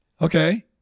Okay